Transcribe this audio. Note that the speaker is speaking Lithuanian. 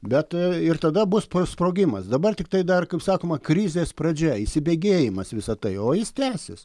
bet ir tada bus spro sprogimas dabar tiktai dar kaip sakoma krizės pradžia įsibėgėjimas visa tai o jis tęsis